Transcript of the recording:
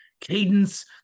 cadence